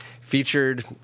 featured